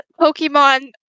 Pokemon